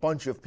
bunch of